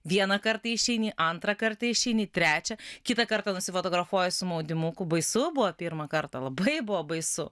vieną kartą išeini antrą kartą išeini trečią kitą kartą nusifotografuoji su maudimuku baisu buvo pirmą kartą labai buvo baisu